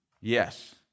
Yes